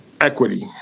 Equity